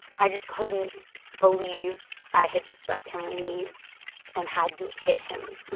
i just couldn't believe i had just let him leave and hadn't hit him.